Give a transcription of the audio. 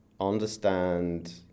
understand